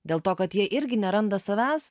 dėl to kad jie irgi neranda savęs